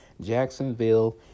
Jacksonville